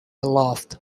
aloft